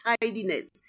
tidiness